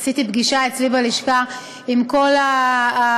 לא מזמן ערכתי פגישה אצלי בלשכה עם כל המתאמות,